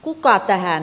kuka tähän